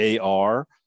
AR